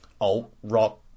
alt-rock